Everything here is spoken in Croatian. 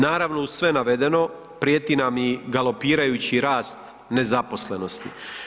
Naravno uz sve navedeno prijeti nam i galopirajući rast nezaposlenosti.